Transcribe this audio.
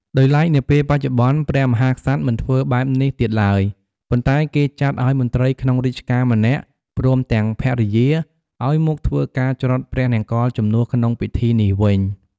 ដោយឡែកនាពេលបច្ចុប្បន្នព្រះមហាក្សត្រ មិនធ្វើបែបនេះទៀតឡើយ ប៉ុន្ដែគេចាត់ឲ្យមន្រ្តីក្នុងរាជការម្នាក់ព្រមទាំងភរិយាឲ្យមកធ្វើការច្រត់ព្រះនង្គ័លជំនួសក្នុងពិធីនេះវិញ។